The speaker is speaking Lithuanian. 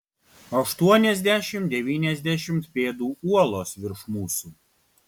aštuoniasdešimt devyniasdešimt pėdų uolos virš mūsų